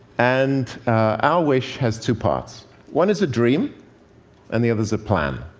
and our wish has two parts one is a dream and the other's a plan.